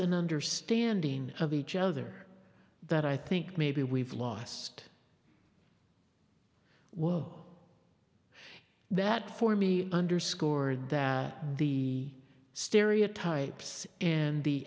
an understanding of each other that i think maybe we've lost whoa that for me underscored that the stereotypes and the